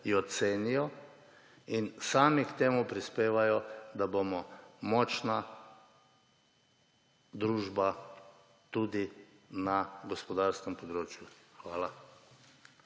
in sami k temu prispevajo, da bomo močna družba tudi na gospodarskem področju. Hvala.